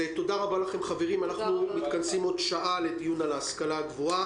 תודה רבה, הישיבה נעולה.